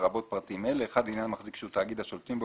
לרבות פרטים אלה: לעניין מחזיק שהוא תאגיד השולטים בו,